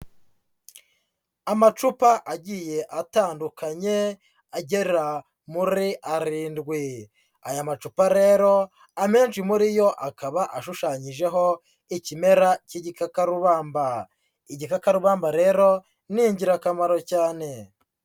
Amacupa agiye atandukanye agera muri arindwi, aya macupa rero amenshi muri yo akaba ashushanyijeho ikimera cy'igikakarubamba, igikakabamba rero ni ingirakamaro cyane.